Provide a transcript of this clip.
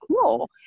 cool